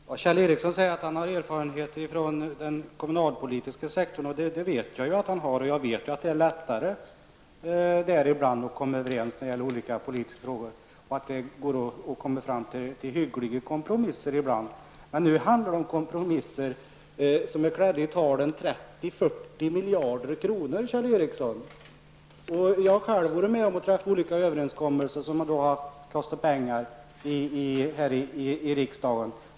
Herr talman! Kjell Ericsson säger att han har erfarenhet ifrån den kommunalpolitiska sektorn. Det vet jag att han har. Jag vet också att det ibland kan vara lättare att komma överens inom den sektorn när det gäller olika politiska frågor och att det går att komma fram till hyggliga kompromisser. Nu handlar det emellertid om kompromisser som gäller 30--40 miljarder kronor, Kjell Ericsson. Jag har själv varit med om att träffa olika överenskommelser som här i riksdagen medför kostnader.